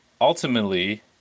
Ultimately